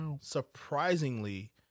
surprisingly